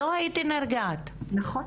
נכון.